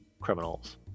criminals